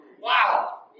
Wow